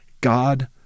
God